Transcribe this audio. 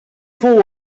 fou